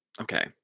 okay